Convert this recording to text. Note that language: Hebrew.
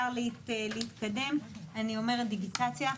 דיגיטציה,